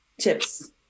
Chips